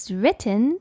written